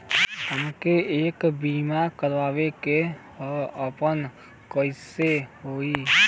हमके एक बीमा करावे के ह आपन कईसे होई?